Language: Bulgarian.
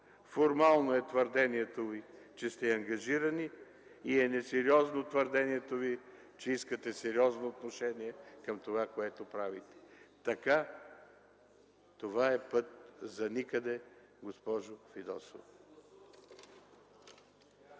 Формално е твърдението Ви, че сте ангажирани и е несериозно твърдението Ви, че искате сериозно отношение към това, което правите. Това е път за никъде, госпожо Фидосова.